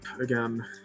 again